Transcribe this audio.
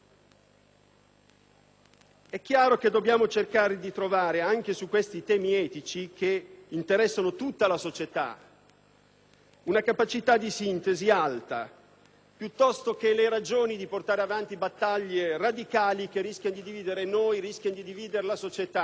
È chiaro che dobbiamo cercare di trovare anche su questi temi etici, che interessano tutta la società, una capacità di sintesi alta, piuttosto che portare avanti battaglie radicali, che rischiano di dividere noi e la società